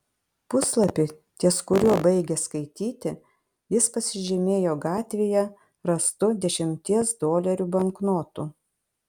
puslapį ties kuriuo baigė skaityti jis pasižymėjo gatvėje rastu dešimties dolerių banknotu